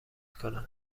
کنم